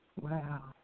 Wow